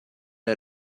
her